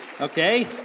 Okay